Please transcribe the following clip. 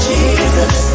Jesus